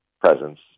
presence